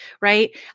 right